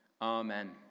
amen